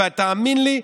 ותאמין לי,